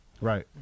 Right